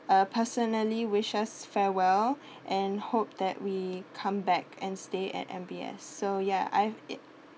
uh personally wish us farewell and hope that we come back and stay at M_B_S so ya I'm